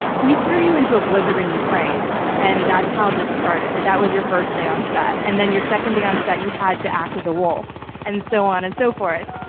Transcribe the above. we threw you into a blizzard in ukraine and that's how this started. that was your first day on set. and then your second day on set, you had to act with a wolf and so on and so forth.